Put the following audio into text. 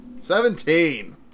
Seventeen